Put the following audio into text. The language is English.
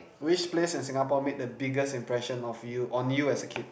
which place in Singapore made the biggest impression of you on you as a kid